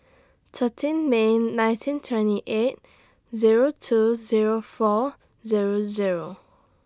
thirteen May nineteen twenty eight Zero two Zero four Zero Zero